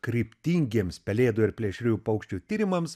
kryptingiems pelėdų ir plėšriųjų paukščių tyrimams